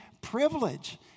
privilege